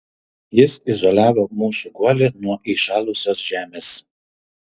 jis izoliavo mūsų guolį nuo įšalusios žemės